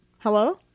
Hello